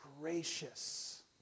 gracious